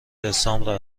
دسامبر